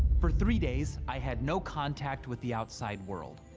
for three days i had no contact with the outside world.